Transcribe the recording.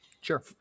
Sure